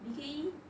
B_K_E